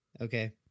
Okay